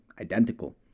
identical